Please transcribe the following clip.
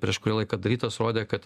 prieš kurį laiką darytos rodė kad